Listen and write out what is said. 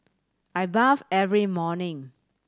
I bath every morning